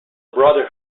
brother